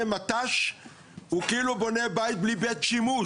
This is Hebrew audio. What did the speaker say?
מת"ש הוא כאילו בונה בית בלי בית שימוש.